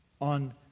on